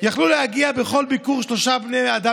ויכלו להגיע בכל ביקור שלושה בני אדם